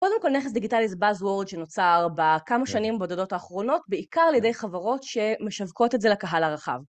קודם כל נכס דיגיטלי זה Buzzword שנוצר בכמה שנים בודדות האחרונות, בעיקר על ידי חברות שמשווקות את זה לקהל הרחב.